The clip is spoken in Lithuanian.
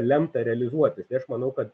lemta realizuotis tai aš manau kad